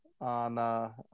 on